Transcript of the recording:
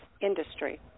industry